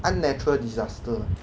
unnatural disaster